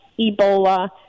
Ebola